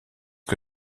que